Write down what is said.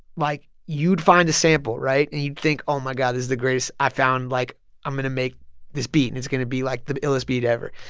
like, you'd find a sample right? and you'd think, oh, my god, this is the greatest. i found like i'm going to make this beat, and it's going to be like the illest beat ever.